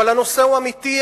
אבל הנושא הוא אמיתי,